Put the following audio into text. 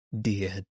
Dear